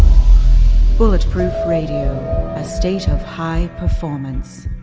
bulletproof radio, a stage of high performance